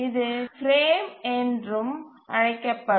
இது பிரேம் என்றும் அழைக்கப்படும்